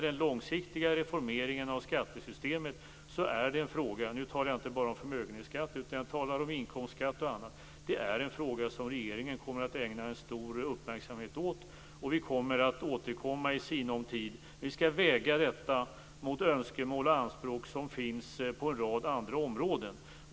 Den långsiktiga reformeringen av skattesystemet är en fråga - nu talar jag inte bara om förmögenhetsskatt utan om inkomstskatt och annat - som regeringen kommer att ägna en stor uppmärksamhet åt. Vi kommer att återkomma i sinom tid. Vi skall väga detta mot önskemål och anspråk på en rad andra områden.